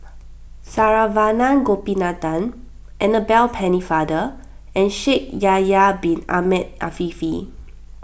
Saravanan Gopinathan Annabel Pennefather and Shaikh Yahya Bin Ahmed Afifi